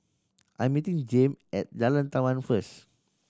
I'm meeting Jame at Jalan Taman first